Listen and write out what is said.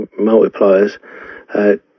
Multipliers